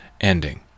ending